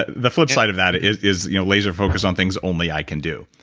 ah the flip side of that is is you know laser focus on things only i can do.